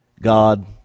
God